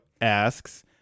asks